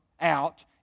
out